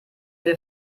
wir